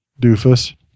doofus